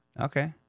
Okay